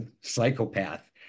psychopath